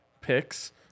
picks